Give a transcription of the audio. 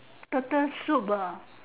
turtle soup ah